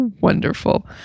wonderful